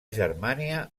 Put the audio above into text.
germania